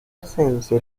docencia